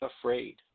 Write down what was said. afraid